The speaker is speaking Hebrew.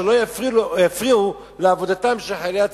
כדי שלא יפריעו לעבודתם של חיילי הצבא.